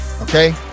Okay